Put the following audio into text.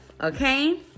okay